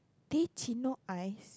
teh cino ice